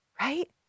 right